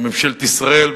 בממשלת ישראל,